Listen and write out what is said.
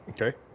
Okay